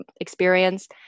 experience